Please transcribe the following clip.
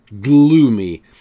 gloomy